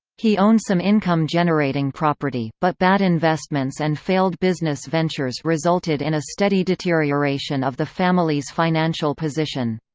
he owned some income-generating property, but bad investments and failed business ventures resulted in a steady deterioration of the family's financial position.